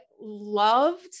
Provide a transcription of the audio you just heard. loved